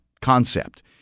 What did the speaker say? concept